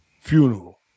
funeral